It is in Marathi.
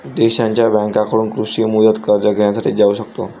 देशांच्या बँकांकडून कृषी मुदत कर्ज घेण्यासाठी जाऊ शकतो